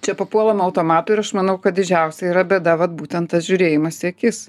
čia papuolama automatu ir aš manau kad didžiausia yra bėda vat būtent tas žiūrėjimas į akis